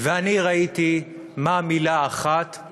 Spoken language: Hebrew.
וראיתי מה מילה אחת,